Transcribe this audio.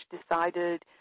decided